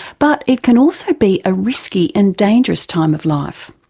but it can also be a risky and dangerous time of life.